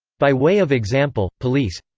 by way of example, police.